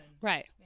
Right